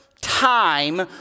time